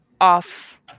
off